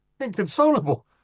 inconsolable